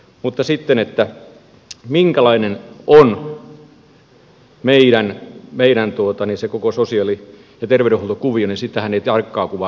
mutta minkälainen on meidän se koko sosiaali ja terveydenhuoltokuviomme siitähän tarkkaa kuvaa meillä kellään ole